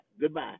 Goodbye